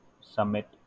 submit